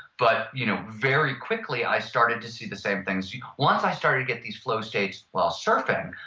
but you know very quickly i started to see the same things. yeah once i started to get these flow states while surfing,